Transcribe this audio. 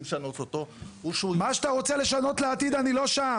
לשנות אותו הוא --- מה שאתה רוצה לשנות לעתיד אני לא שם.